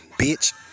bitch